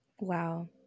Wow